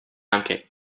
anche